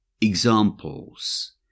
Examples